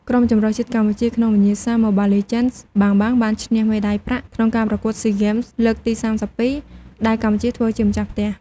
ក្រុមជម្រើសជាតិកម្ពុជាក្នុងវិញ្ញាសា Mobile Legends: Bang Bang បានឈ្នះមេដៃប្រាក់ ក្នុងការប្រកួត SEA Games លើកទី៣២ ដែលកម្ពុជាធ្វើជាម្ចាស់ផ្ទះ។